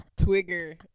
Twigger